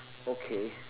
okay